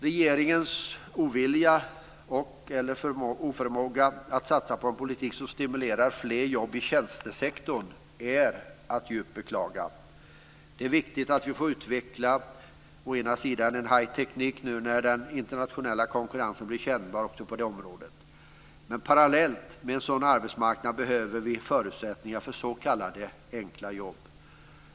Regeringens ovilja och/eller oförmåga att satsa på en politik som stimulerar fler jobb i tjänstesektorn är att djupt beklaga. Det är viktigt att vi får utveckla högteknologin nu när den internationella konkurrensen blir kännbar också på det området. Men parallellt med en sådan arbetsmarknad behöver vi förutsättningar för s.k. enkla jobb.